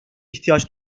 ihtiyaç